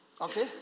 okay